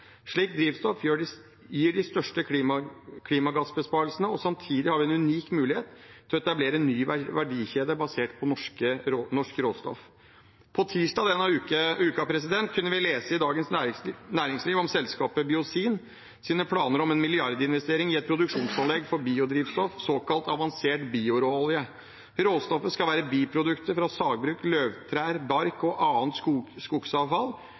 drivstoff gir de største klimagassbesparelsene, og samtidig har vi en unik mulighet til å etablere en ny verdikjede basert på norsk råstoff. Tirsdag denne uken kunne vi lese i Dagens Næringsliv om selskapet Biozin sine planer om milliardinvestering i et produksjonsanlegg for biodrivstoff – såkalt avansert bioråolje. Råstoffet skal være biprodukter fra sagbruk, løvtrær, bark og annet skogsavfall.